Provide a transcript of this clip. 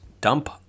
dump